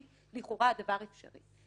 לכאורה אומר שצריך למנות מפקחים,